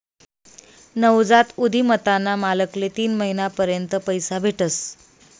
नवजात उधिमताना मालकले तीन महिना पर्यंत पैसा भेटस